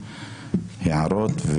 הערות,